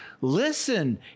LISTEN